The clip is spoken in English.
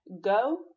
go